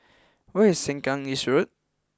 where is Sengkang East Road